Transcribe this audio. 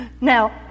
Now